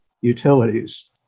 utilities